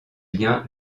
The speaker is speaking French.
bien